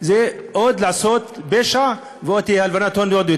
זה עוד לעשות פשע, ותהיה עוד יותר הלבנת הון.